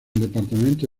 departamento